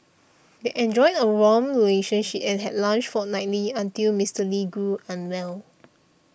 they enjoyed a warm relationship and had lunch fortnightly until Mister Lee grew unwell